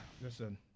Listen